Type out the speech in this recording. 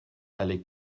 allait